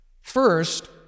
First